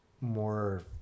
more